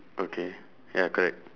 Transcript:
okay ya correct